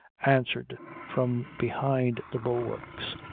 answered from behind the bulwarks.